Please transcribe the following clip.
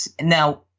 now